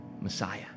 Messiah